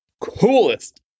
coolest